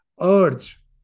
urge